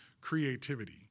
creativity